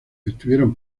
estuvieron